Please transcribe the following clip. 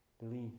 Believe